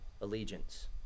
allegiance